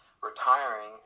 retiring